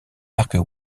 marques